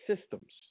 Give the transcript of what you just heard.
systems